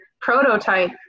Prototype